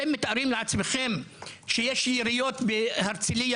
אתם מתארים לעצמכם מצב בו יש יריות בהרצליה